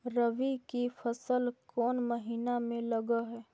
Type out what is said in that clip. रबी की फसल कोन महिना में लग है?